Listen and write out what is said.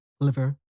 liver